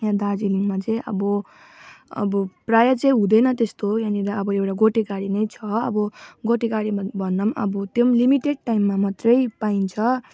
यहाँ दार्जिलिङमा चाहिँ अब अब प्राय चाहिँ हुँदैन त्यस्तो यहाँनिर अब एउटा गोटे गाडी नै छ अब गोटे गाडीमा भन्दा पनि अब त्यो पनि लिमिटेड टाइममा मात्रै पाइन्छ